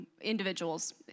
individuals